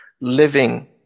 living